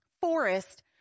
forest